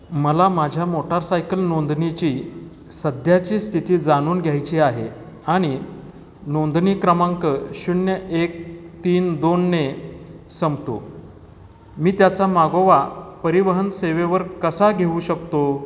मला माझ्या मोटारसायकल नोंदणीची सध्याची स्थिती जाणून घ्यायची आहे आणि नोंदणी क्रमांक शून्य एक तीन दोनने संपतो मी त्याचा मागोवा परिवहन सेवेवर कसा घेऊ शकतो